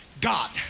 God